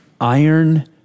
iron